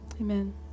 Amen